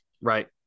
right